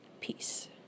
Peace